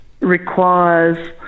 requires